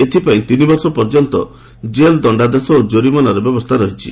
ଏଥିପାଇଁ ତିନି ବର୍ଷ ପର୍ଯ୍ୟନ୍ତ କେଲ୍ ଦଶାଦେଶ ଓ ଜୋରିମାନାର ବ୍ୟବସ୍ଥା ଅଛି